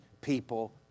people